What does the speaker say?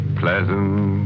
pleasant